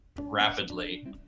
rapidly